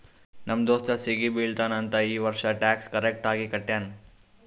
ನಮ್ ದೋಸ್ತ ಸಿಗಿ ಬೀಳ್ತಾನ್ ಅಂತ್ ಈ ವರ್ಷ ಟ್ಯಾಕ್ಸ್ ಕರೆಕ್ಟ್ ಆಗಿ ಕಟ್ಯಾನ್